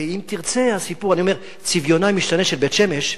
ואם תרצה, צביונה המשתנה של בית-שמש,